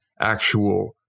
actual